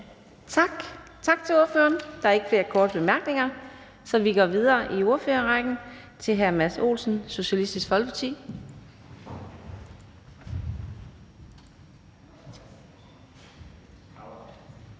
Tak til ordføreren. Der er ikke flere korte bemærkninger. Så vi går videre i ordførerrækken til hr. Jan Carlsen fra Moderaterne.